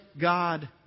god